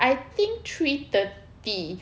I think three thirty